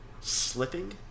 slipping